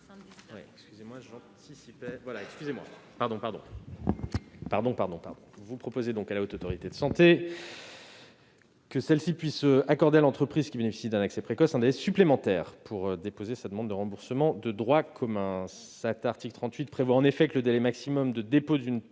Vous proposez, madame la rapporteure, que la HAS puisse accorder à l'entreprise qui bénéficie d'un accès précoce un délai supplémentaire pour déposer sa demande de remboursement de droit commun. L'article 38 prévoit en effet que le délai maximum de dépôt d'une telle